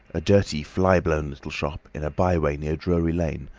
a dirty, fly-blown little shop in a by-way near drury lane,